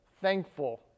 thankful